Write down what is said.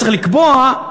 צריך לקבוע,